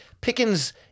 Pickens